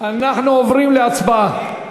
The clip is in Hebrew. אנחנו עוברים להצבעה.